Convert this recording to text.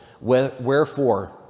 Wherefore